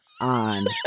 on